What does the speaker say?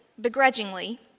begrudgingly